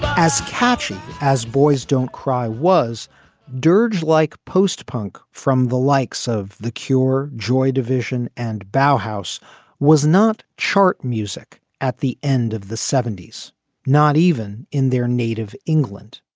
as catchy as boys don't cry was dirge like post punk from the likes of the cure joy division and bough house was not chart music at the end of the seventy s not even in their native england.